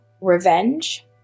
revenge